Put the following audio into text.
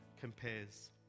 compares